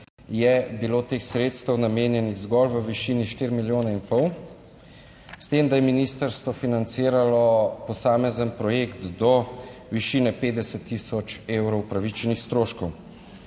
je bilo teh sredstev namenjenih zgolj v višini štiri milijone in pol, s tem, da je ministrstvo financiralo posamezen projekt do višine 50000 evrov upravičenih stroškov.